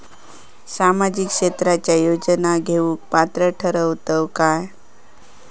सामाजिक क्षेत्राच्या योजना घेवुक पात्र ठरतव काय?